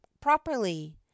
properly